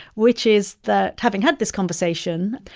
which is that having had this conversation,